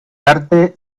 arte